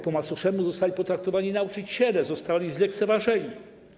Po macoszemu zostali potraktowani nauczyciele, zostali zlekceważeni.